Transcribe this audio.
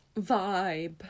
Vibe